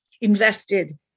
invested